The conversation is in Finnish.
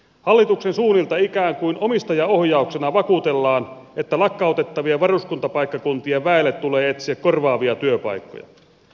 hallituksen suunnalta ikään kuin omistajaohjauksena vakuutellaan että lakkautettavien varuskuntapaikkakuntien väelle tulee etsiä korvaavia työpaikkoja